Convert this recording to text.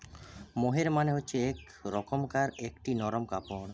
মোহের মানে হচ্ছে এক রকমকার একটি নরম কাপড়